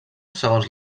segons